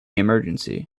emergency